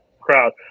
crowd